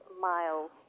miles